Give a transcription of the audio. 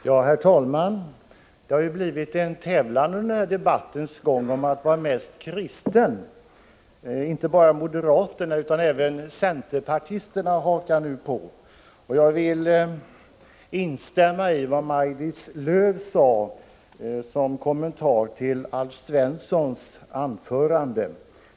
Herr talman! Det har ju under debattens gång blivit en tävlan om att vara mest kristen. Inte bara moderaterna utan även centerpartisterna hakar nu på. Jag vill instämma i vad Maj-Lis Lööw sade som kommentar till Alf Svenssons anförande.